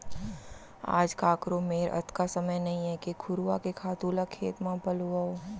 आज काकरो मेर अतका समय नइये के घुरूवा के खातू ल खेत म पलोवय